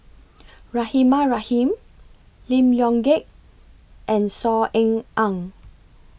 Rahimah Rahim Lim Leong Geok and Saw Ean Ang